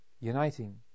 uniting